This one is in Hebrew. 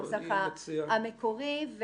לנוסח המקורי,